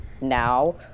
now